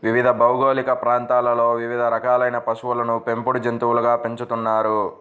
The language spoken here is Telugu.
వివిధ భౌగోళిక ప్రాంతాలలో వివిధ రకాలైన పశువులను పెంపుడు జంతువులుగా పెంచుతున్నారు